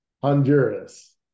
Honduras